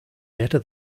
better